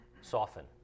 soften